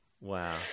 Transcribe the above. Wow